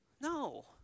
No